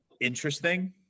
interesting